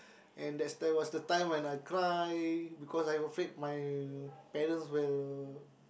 and that's that was the time when I cry because I afraid my parents will